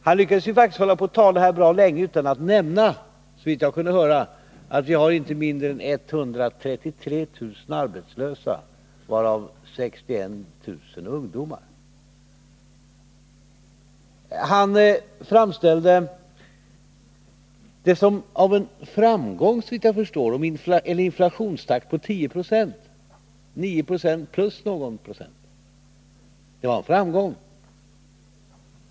Han lyckades tala bra länge utan att, såvitt jag kunde höra, nämna att vi har inte mindre än 133000 arbetslösa, varav 61000 är ungdomar. Han framställde det, såvitt jag förstår, som en framgång att ha en inflationstakt på 10 96 — 9 Zo plus någon procent. Det var en framgång.